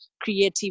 creative